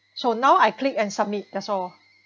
so now I clicked and submit that's all